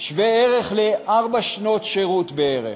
שווה-ערך לארבע שנות שירות בערך.